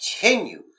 continues